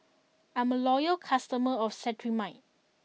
I'm a loyal customer of Cetrimide